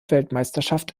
weltmeisterschaft